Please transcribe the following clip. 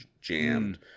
jammed